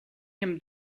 him